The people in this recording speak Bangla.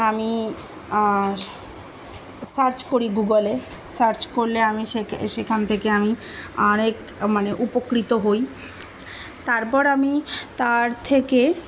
আমি সার্চ করি গুগলে সার্চ করলে আমি সে সেখান থেকে আমি অনেক মানে উপকৃত হই তারপর আমি তার থেকে